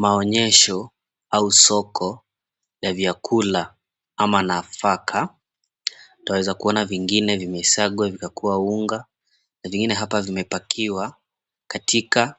Maonyesho au soko ya vyakula ama nafaka. Twaweza kuona vingine vimesagwa vikakuwa unga na vingine hapa vimepakiwa katika